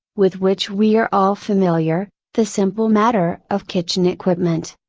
with which we are all familiar, the simple matter of kitchen equipment.